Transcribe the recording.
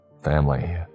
Family